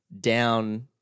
down